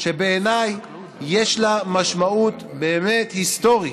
שבעיניי יש לה משמעות באמת היסטורית.